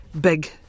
big